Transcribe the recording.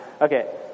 Okay